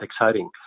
exciting